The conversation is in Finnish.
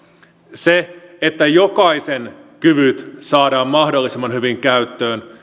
se että jokaisen kyvyt saadaan mahdollisimman hyvin käyttöön